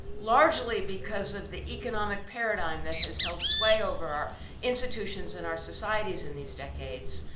largely because of the economic paradigm that has held sway over our institutions and our societies in these decades,